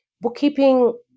bookkeeping